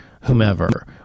whomever